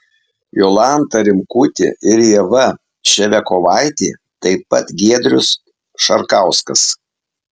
jolanta rimkutė ir ieva ševiakovaitė taip pat giedrius šarkauskas